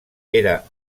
era